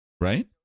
right